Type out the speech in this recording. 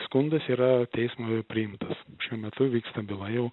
skundas yra teismo priimtas šiuo metu vyksta byla jau